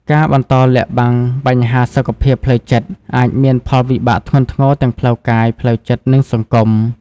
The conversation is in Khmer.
ការបន្តលាក់បាំងបញ្ហាសុខភាពផ្លូវចិត្ត អាចមានផលវិបាកធ្ងន់ធ្ងរទាំងផ្លូវកាយ ផ្លូវចិត្ត និងសង្គម។